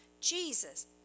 Jesus